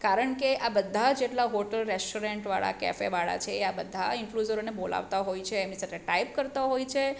કારણ કે આ બધા જેટલા હોટલ રેસ્ટોરંટવાળા કેફેવાળા છે એ આ બધા ઈન્ફ્લુએન્સરોને બોલાવતા હોય છે એમની સાથે ટાઈઅપ કરતા હોય છે